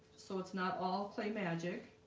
so it's not all clay magic